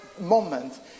moment